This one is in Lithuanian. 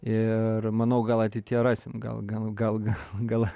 ir manau gal ateityje rasime gal gal gal